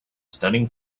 stunning